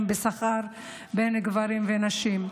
על אפליה בשכר בין גברים ובין נשים.